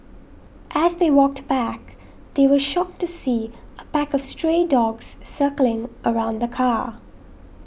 as they walked back they were shocked to see a pack of stray dogs circling around the car